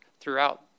throughout